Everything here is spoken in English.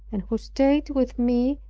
and who stayed with me,